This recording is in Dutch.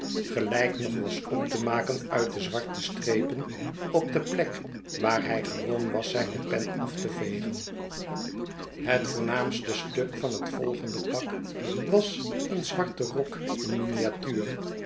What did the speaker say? gelijk nog was op te maken uit de zwarte strepen op de plek waar hij gewoon was zijne pen af te egen het voornaamste stuk van het volgende pak was een zwarte rok in miniatuur